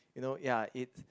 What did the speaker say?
you know ya it's